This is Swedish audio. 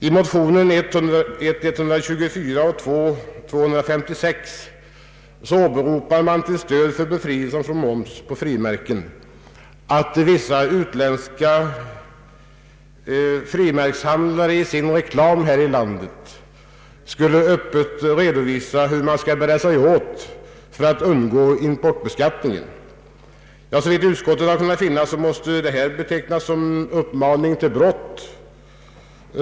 I motionerna I: 224 och II: 256 åberopar man till stöd för befrielse från moms på frimärken att vissa utländska frimärkshandlare i sin reklam här i landet skulle öppet redovisa hur man skall bära sig åt för att undgå importbeskattning. Såvitt utskottet kunnat finna, måste detta betecknas såsom uppmaning till brott.